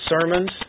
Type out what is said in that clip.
sermons